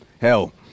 Hell